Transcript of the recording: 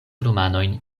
romanojn